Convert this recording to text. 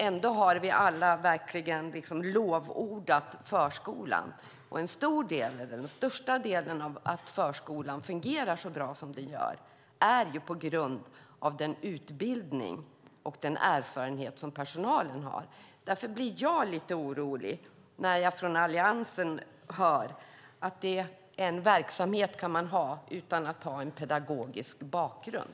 Ändå har vi alla verkligen lovordat förskolan. Och den största delen i att förskolan fungerar så bra som den gör hänger ju ihop med den utbildning och den erfarenhet som personalen har. Därför blir jag lite orolig när jag från Alliansen hör att man kan ha en verksamhet utan att ha en pedagogisk bakgrund.